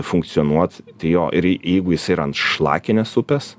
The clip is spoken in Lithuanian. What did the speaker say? funkcionuot tai jo ir jeigu jisai yra ant šlakinės upės